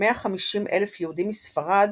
כ-150,000 יהודים מספרד